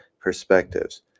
perspectives